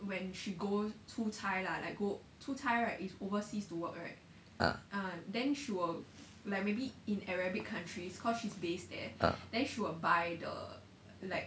ah ah